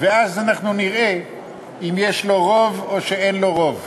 ואז אנחנו נראה אם יש לו רוב או שאין לו רוב,